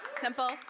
simple